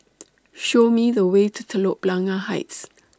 Show Me The Way to Telok Blangah Heights